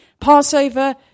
Passover